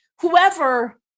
whoever